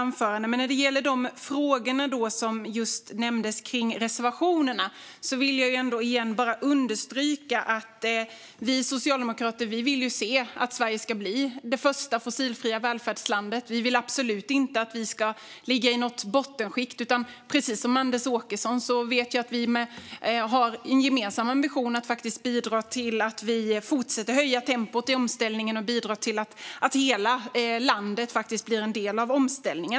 Men när det gäller frågorna om reservationerna vill jag åter understryka att vi socialdemokrater vill att Sverige ska bli det första fossilfria välfärdslandet. Vi vill absolut inte att vi ska ligga i något bottenskikt, utan precis som Anders Åkesson vet vi att det finns en gemensam ambition att bidra till att fortsätta att höja tempot i omställningen och till att hela landet ska bli en del av den.